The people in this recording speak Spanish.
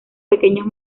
pequeños